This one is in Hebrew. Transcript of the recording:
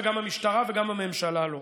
וגם המשטרה וגם הממשלה לא.